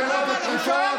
כל הצפון אכל נבלות וטרפות.